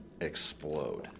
explode